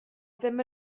ddim